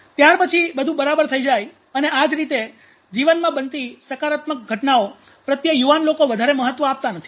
ત્યાર પછી બધું બરાબર થઈ જાય અને આ જ રીતે જીવનમાં બનતી સકારાત્મક બાબતોઘટનાઓ પ્રત્યે યુવાન લોકો વધારે મહત્વ આપતા નથી